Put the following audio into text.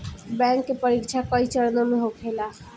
bank के परीक्षा कई चरणों में होखेला